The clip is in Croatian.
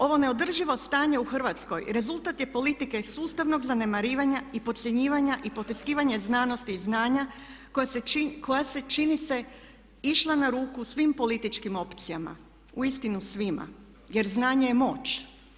Ovo neodrživo stanje u Hrvatskoj rezultat je politike sustavnog zanemarivanja i podcjenjivanja i potiskivanja znanosti i znanja koja se čini se išla na ruku svim političkim opcijama, uistinu svima jer znanje je moć.